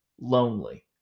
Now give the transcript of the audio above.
Lonely